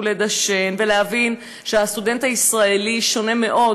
לדשן ולהבין שהסטודנט הישראלי שונה מאוד,